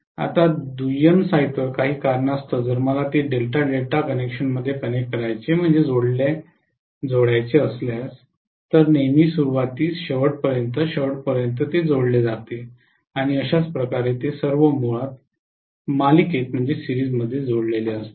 आता दुय्यम साइटवर काही कारणास्तव जर मला ते डेल्टा डेल्टा कनेक्शनमध्ये कनेक्ट करायचे असेल तर नेहमी सुरवातीस शेवटपर्यंत शेवटपर्यंत जोडले जाते आणि अशाच प्रकारे ते सर्व मुळात मालिकेत जोडलेले असतात